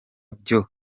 byo